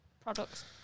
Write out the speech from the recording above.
products